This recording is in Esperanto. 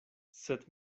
sed